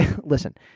listen